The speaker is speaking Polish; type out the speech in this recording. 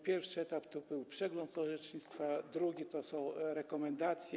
Pierwszy etap to był przegląd orzecznictwa, drugi to są rekomendacje.